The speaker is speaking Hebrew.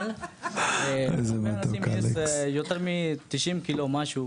אבל הרבה אנשים יש יותר מ-90 קילו משהו.